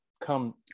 come